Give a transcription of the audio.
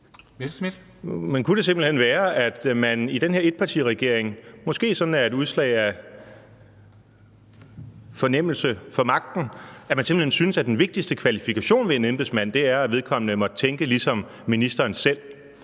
Men kunne det simpelt hen være, at man i den her etpartiregering, måske som et udslag af en fornemmelse for magten, simpelt hen synes, at den vigtigste kvalifikation ved en embedsmand er, at vedkommende måtte tænke ligesom ministeren selv?